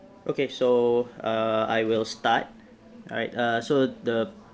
okay so err I will start right so the